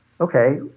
okay